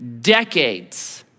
decades